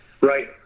Right